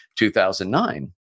2009